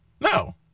No